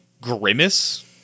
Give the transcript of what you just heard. Grimace